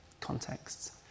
contexts